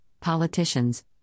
politicians